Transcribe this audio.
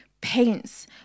paints